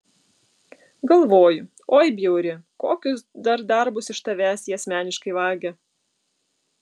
galvoju oi bjauri kokius dar darbus iš tavęs jie asmeniškai vagia